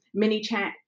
MiniChat